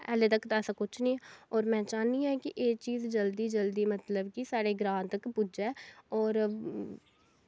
हालें तक्क ता ऐसा कुछ नी और में चाह्ना आं कि एह् चीज़ जल्दी जल्दी साढ़े ग्रांऽ तक पुज्जै और